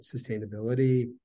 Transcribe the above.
sustainability